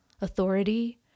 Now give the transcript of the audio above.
authority